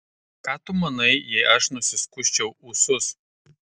ką tu manai jei aš nusiskusčiau ūsus